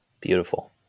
Beautiful